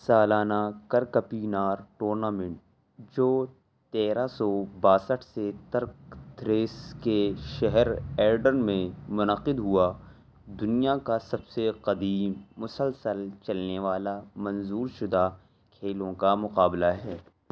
سالانہ Kirkpinar tournament جو تیرہ سو باسٹھ سے ترک تھریس کے شہر ایڈرن میں منعقد ہوا دنیا کا سب سے قدیم مسلسل چلنے والا منظور شدہ کھیلوں کا مقابلہ ہے